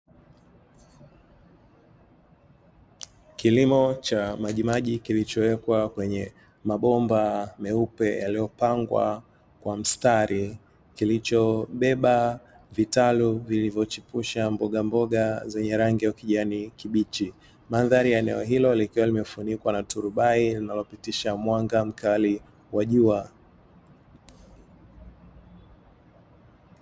Kilimo cha majimaji kilichowekwa kwenye mabomba meupe yaliyopangwa kwa mstari, kilichobeba vitalu vilivyochapusha mbogamboga zenye rangi ya ukijani kibichi. Mandhari ya eneo hilo likiwa kimefunikwa na turubai linalopitisha mwanga mkali wa jua.